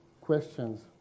questions